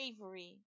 bravery